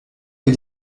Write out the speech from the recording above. que